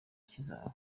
kizaba